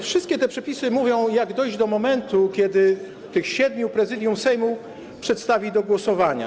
Wszystkie te przepisy mówią, jak dojść do momentu, kiedy tych siedmiu Prezydium Sejmu przedstawi do głosowania.